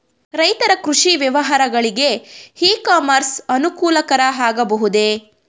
ರೈತರ ಕೃಷಿ ವ್ಯವಹಾರಗಳಿಗೆ ಇ ಕಾಮರ್ಸ್ ಅನುಕೂಲಕರ ಆಗಬಹುದೇ?